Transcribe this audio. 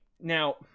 Now